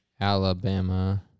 Alabama